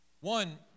One